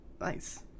Nice